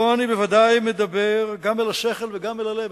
פה אני בוודאי מדבר גם אל השכל וגם אל הלב,